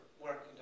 work